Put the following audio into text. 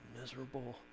miserable